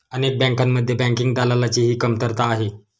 अनेक बँकांमध्ये बँकिंग दलालाची ही कमतरता आहे